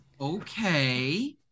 Okay